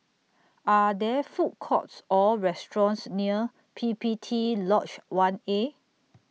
Are There Food Courts Or restaurants near P P T Lodge one A